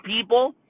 people